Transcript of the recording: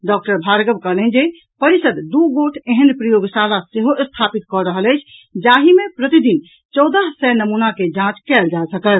doctor Bhargava कहलनि जे परिषद दू गोट एहेन प्रयोगशाला सेहो स्थापित कऽ रहल अछि जाहि मे प्रतिदिन चौदह सय नमूना के जांच कयल जा सकत